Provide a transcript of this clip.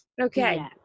Okay